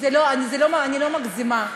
אני לא מגזימה.